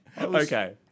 Okay